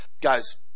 guys